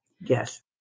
Yes